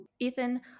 Ethan